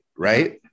Right